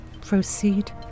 Proceed